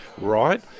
right